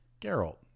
Geralt